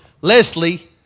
Leslie